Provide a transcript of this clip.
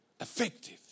effective